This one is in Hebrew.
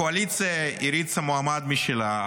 הקואליציה הריצה מועמד משלה,